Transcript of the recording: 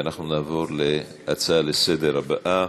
נעבור להצעות לסדר-היום הבאות: